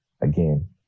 again